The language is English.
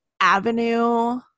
avenue